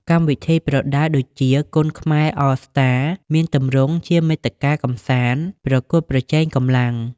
កម្មវិធីប្រដាល់ដូចជា "Kun Khmer All Star " មានទម្រង់ជាមាតិកាកម្សាន្ដ ប្រកួតប្រជែងកម្លាំង។